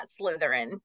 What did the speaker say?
Slytherin